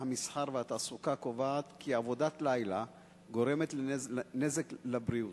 המסחר והתעסוקה קובעת כי עבודת לילה גורמת נזק לבריאות.